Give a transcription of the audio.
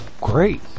Great